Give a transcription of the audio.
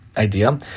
idea